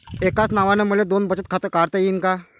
एकाच नावानं मले दोन बचत खातं काढता येईन का?